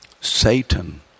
Satan